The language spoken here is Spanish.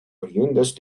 oriundos